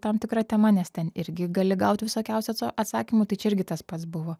tam tikra tema nes ten irgi gali gaut visokiausio atsakymų tai čia irgi tas pats buvo